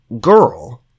girl